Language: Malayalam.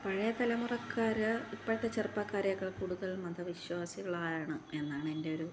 പഴയ തലമുറക്കാർ ഇപ്പോഴത്തെ ചെറുപ്പക്കാരേക്കാൾ കൂടുതല് മതവിശ്വാസികളാണ് എന്നാണ് എന്റെ ഒരു